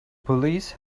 police